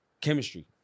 chemistry